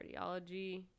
cardiology